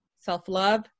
self-love